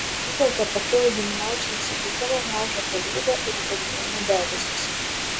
vis dėlto pakilų giminaičių nusiteikimą niaukė pavydo ir įtarinėjimų debesys